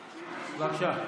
בבקשה.